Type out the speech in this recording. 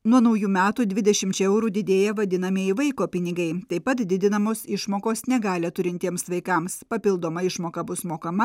nuo naujų metų dvidešimčia eurų didėja vadinamieji vaiko pinigai taip pat didinamos išmokos negalią turintiems vaikams papildoma išmoka bus mokama